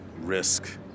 risk